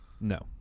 no